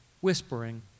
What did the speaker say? whispering